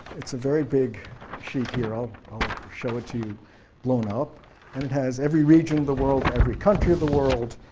it's a very big sheet here. i'll show it to you blown up and it has every region of the world, every country of the world,